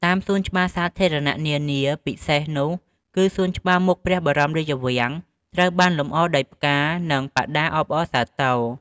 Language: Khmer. តាមសួនច្បារសាធារណៈនានាពិសេសនោះគឺសួនច្បារមុខព្រះបរមរាជវាំងត្រូវបានលម្អដោយផ្កា និងបដាអបអរសាទរ។